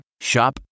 Shop